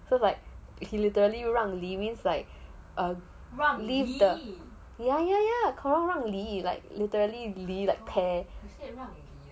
so like he literally 让梨 means um like leave the ya ya ya 让梨 literally like the pear